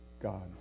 God